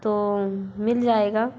तो मिल जाएगा